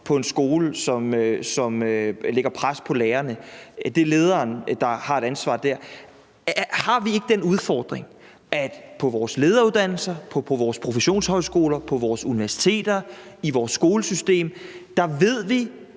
pres på lærerne på en skole; det er lederen, der har et ansvar dér. Har vi ikke den udfordring, at vi på vores lederuddannelser, på vores professionshøjskoler, på vores universiteter og i vores skolesystem ved for